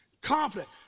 Confident